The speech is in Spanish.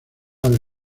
aves